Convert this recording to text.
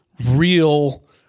real